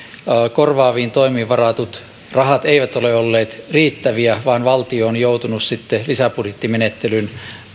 korvaaviin toimiin varatut rahat eivät ole olleet riittäviä vaan valtio on joutunut sitten lisäbudjettimenettelyn